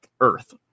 Earth